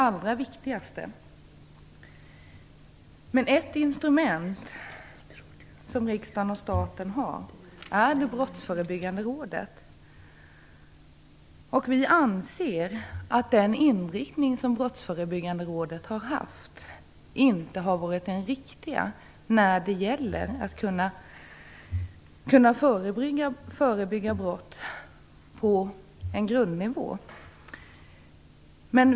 Ett instrument som riksdagen och staten har är Brottsförebyggande rådet. Vi anser att den inriktning som Brottsförebyggande rådet har haft inte har varit den riktiga när det gäller att kunna förebygga brott på en grundnivå.